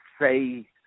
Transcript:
say